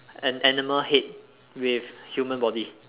an an animal head with human body